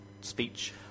speech